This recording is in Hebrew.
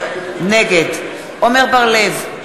נגד עמר בר-לב,